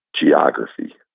geography